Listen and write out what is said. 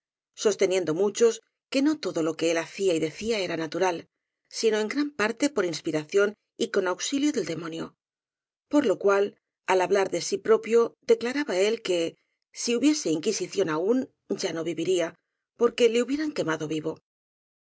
sosteniendo muchos que no todo lo que él hacía y decía era natural sino en gran parte por inspira ción y con auxilio del demonio por lo cual al ha blar de sí propio declaraba él que si hubiese in quisición aún ya no viviría porque le hubieran quemado vivo